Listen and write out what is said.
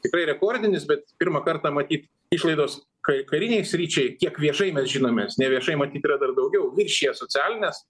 tikrai rekordinis bet pirmą kartą matyt išlaidos ka karinei sričiai kiek viešai mes žinomės neviešai matyt yra dar daugiau viršija socialines